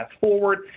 forward